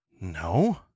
No